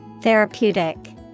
Therapeutic